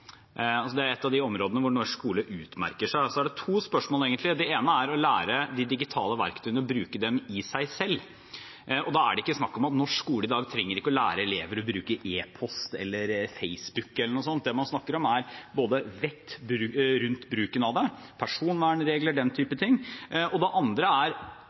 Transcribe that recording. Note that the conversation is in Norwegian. områdene hvor norsk skole utmerker seg. Det er egentlig to spørsmål. Det ene handler om å lære de digitale verktøyene og å bruke dem i seg selv. Og da snakker man ikke om at norsk skole i dag trenger å lære elever å bruke e-post, Facebook eller noe sånt. Det man snakker om, er vett rundt bruken av det – personvernregler, den type ting. Det andre